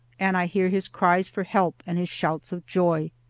and i hear his cries for help and his shouts of joy.